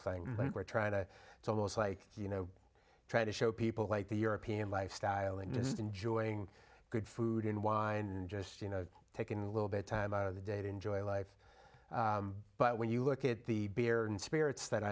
to it's almost like you know trying to show people like the european lifestyle and just enjoying good food in wine and just you know taking a little bit time out of the day to enjoy life but when you look at the beer and spirits that